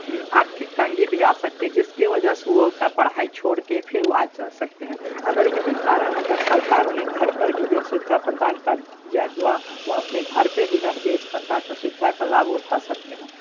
आर्थिक तंगी भी आ सकती है जिसकी वजह से वो अपनी पढ़ाई छोड़ के फिर आ जा सकते हैं अगर यही कारण अगर सरकार उन्हें घर पर ही यह सुविधा प्रदान कर दी जाए तो वहाँ वो अपने घर पे ही रहके इस प्रकार की सुविधा का लाभ उठा सकते हैं